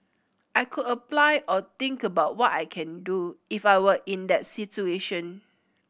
I could apply or think about what I can do if I were in that situation